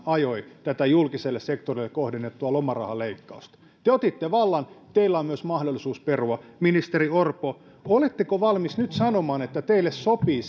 ajoi tätä julkiselle sektorille kohdennettua lomarahaleikkausta te otitte vallan ja teillä on myös mahdollisuus perua ministeri orpo oletteko valmis nyt sanomaan että teille sopii